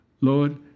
Lord